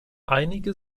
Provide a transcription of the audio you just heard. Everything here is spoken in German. einige